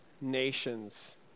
nations